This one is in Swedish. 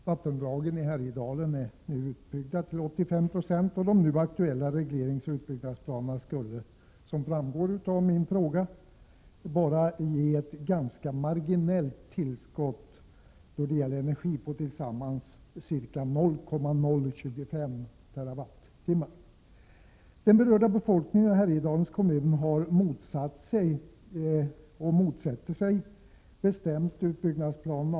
Vattendragen i Härjedalen är nu utbyggda till 85 96, och ett genomförande av de nu aktuella regleringsoch utbyggnadsplanerna skulle, som framgår av min fråga, bara ge ett marginellt tillskott av energi på tillsammans ca 0,025 TWh. Den berörda befolkningen och Härjedalens kommun har motsatt sig och motsätter sig bestämt utbyggnadsplanerna.